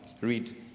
read